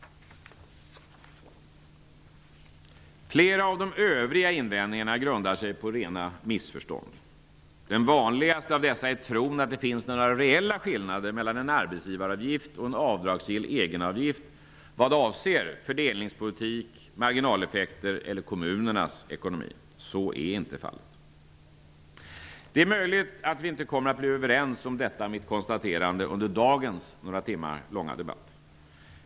Flera av de övriga invändningarna grundar sig på rena missförstånd. Den vanligaste av dessa är tron att det finns några reella skillnader mellan en arbetsgivaravgift och en avdragsgill egenavgift vad avser fördelningspolitik, marginaleffekter eller kommunernas ekonomi. Så är inte fallet. Det är möjligt att vi inte kommer att bli överens om detta mitt konstaterande under dagens några timmar långa debatt.